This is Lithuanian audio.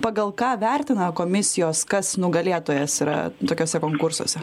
pagal ką vertina komisijos kas nugalėtojas yra tokiuose konkursuose